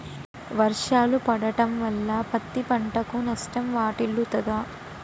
వర్షాలు పడటం వల్ల పత్తి పంటకు నష్టం వాటిల్లుతదా?